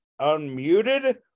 unmuted